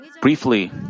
briefly